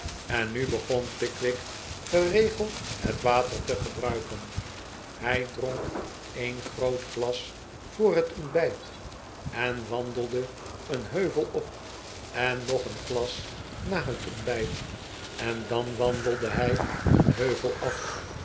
en nu begon pickwick geregeld het water te gebruiken hij dronk een groot glas voor het ontbijt en wandelde een heuvel op en nog een glas na het ontbijt en dan wandelde hij een heuvel af